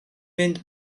mynd